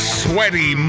sweaty